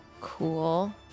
Cool